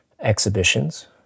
exhibitions